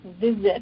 visit